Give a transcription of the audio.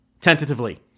tentatively